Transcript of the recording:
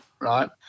right